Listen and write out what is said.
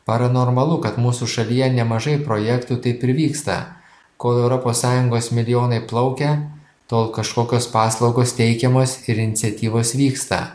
paranormalu kad mūsų šalyje nemažai projektų taip ir vyksta kol europos sąjungos milijonai plaukia tol kažkokios paslaugos teikiamos ir iniciatyvos vyksta